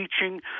teaching